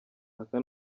aka